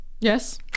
Yes